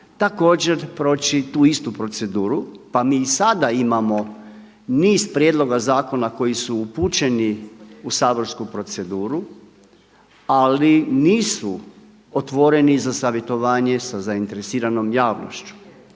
također proći tu istu proceduru. Pa mi i sada imamo niz prijedloga zakona koji su upućeni u saborsku proceduru, ali nisu otvoreni za savjetovanje sa zainteresiranom javnošću.